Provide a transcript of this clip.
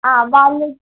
ആ വലു